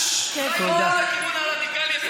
לכיוון הרדיקלי,